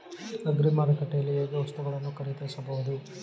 Agri ಮಾರುಕಟ್ಟೆಯಲ್ಲಿ ಹೇಗೆ ವಸ್ತುಗಳನ್ನು ಖರೀದಿಸಬಹುದು?